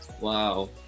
Wow